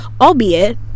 albeit